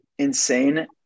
insane